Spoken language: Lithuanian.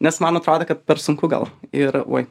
nes man atrodė kad per sunku gal ir uoj